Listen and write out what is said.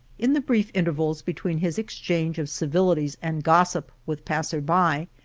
in the brief intervals between his exchange of civil ities and gossip with passers-by,